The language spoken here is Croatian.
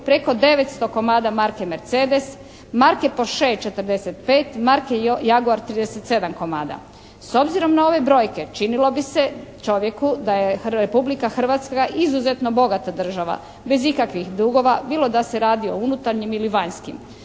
preko 900 komada marke Mercedes, marke Porshe 45, marke Jaguar 37 komada. S obzirom na ove brojke činilo bi se čovjeku da je Republika Hrvatska izuzetno bogata država bez ikakvih dugova bilo da se radi o unutarnjim ili vanjskim.